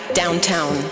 downtown